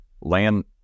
land